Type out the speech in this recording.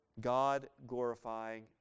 God-glorifying